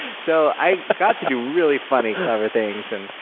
so i got to do really funny, clever things. and,